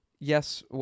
Yes